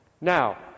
Now